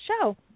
show